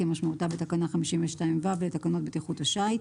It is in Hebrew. כמשמעותה בתקנה 52ו לתקנות בטיחות השיט,